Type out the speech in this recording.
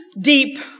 deep